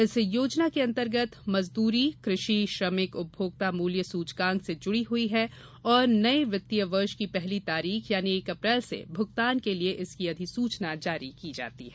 इस योजना के अंतर्गत मजदूरी क्रषि श्रमिक उपभोक्ता मूल्य सूचकांक से जुड़ी हुई है और नए वित्तीय वर्ष की पहली तारीख यानी एक अप्रैल से भुगतान के लिए इसकी अधिसूचना जारी की जाती है